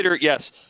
yes